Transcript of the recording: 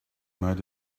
might